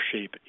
shape